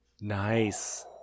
nice